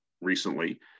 recently